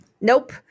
Nope